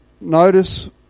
notice